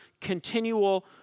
continual